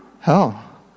hell